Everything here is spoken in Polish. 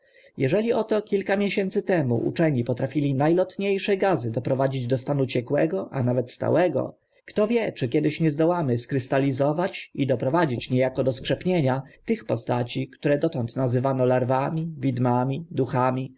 jeżeli oto kilka miesięcy temu uczeni potrafili na lotnie sze gazy doprowadzić do stanu ciekłego a nawet stałego kto wie czy kiedyś nie zdołamy skrystalizować i doprowadzić nie ako do skrzepnienia tych postaci które dotąd nazywano larwami widmami duchami